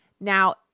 Now